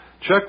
check